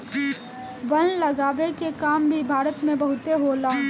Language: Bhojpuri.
वन लगावे के काम भी भारत में बहुते होला